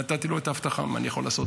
נתתי לו את ההבטחה, מה אני יכול לעשות?